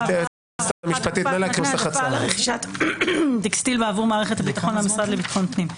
גברתי היועצת המשפטית נא להקריא את נוסח הצו.